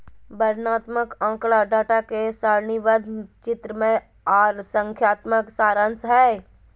वर्णनात्मक आँकड़ा डाटा के सारणीबद्ध, चित्रमय आर संख्यात्मक सारांश हय